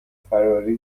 فراری